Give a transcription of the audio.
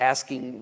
Asking